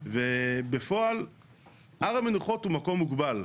ובפועל הר המנוחות הוא מקום מוגבל.